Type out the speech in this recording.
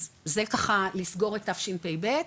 אז זה ככה לסגור את תשפ"ב,